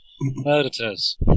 Murderers